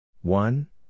One